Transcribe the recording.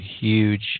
huge